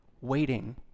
waiting